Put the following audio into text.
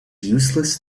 useless